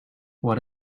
what